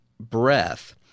Breath